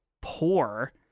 poor